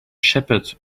shepherd